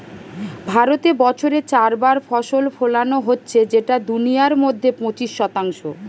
ভারতে বছরে চার বার ফসল ফোলানো হচ্ছে যেটা দুনিয়ার মধ্যে পঁচিশ শতাংশ